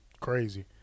Crazy